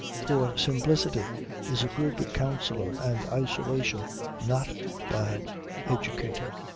for simplicity is a good counsellor and isolation not a bad educator.